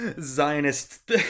zionist